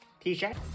t-shirt